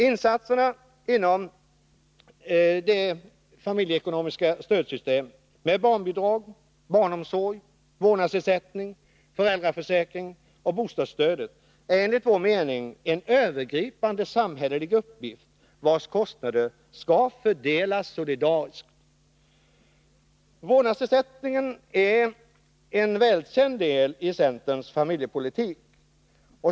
Insatserna inom det familjeekonomiska stödsystemet med barnbidrag, barnomsorg, vårdnadsersättning, föräldraförsäkring och bostadsstödet, är enligt vår mening en övergripande samhällelig uppgift, vars kostnader skall fördelas solidariskt. Vårdnadsersättningen är en välkänd del i centerns familjepolitik.